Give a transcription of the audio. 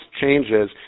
changes